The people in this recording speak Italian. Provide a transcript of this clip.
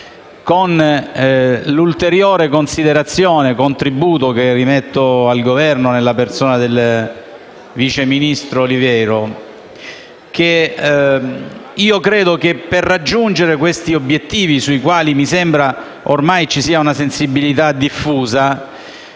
un ulteriore contributo, che rimetto al Governo, nella persona del vice ministro Olivero. Credo che, per raggiungere questi obiettivi, sui quali mi sembra ci sia ormai una sensibilità diffusa,